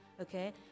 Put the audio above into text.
okay